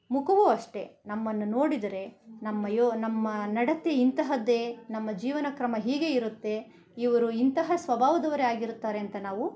ಮುಖವು ಅಷ್ಟೇ ನಮ್ಮನ್ನು ನೋಡಿದರೆ ನಮ್ಮ ಯೋ ನಮ್ಮ ನಡತೆ ಇಂತಹದ್ದೇ ನಮ್ಮ ಜೀವನಕ್ರಮ ಹೀಗೆ ಇರುತ್ತೆ ಇವ್ರು ಇಂತಹ ಸ್ವಭಾವದವರೇ ಆಗಿರುತ್ತಾರೆ ಅಂತ ನಾವು